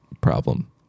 problem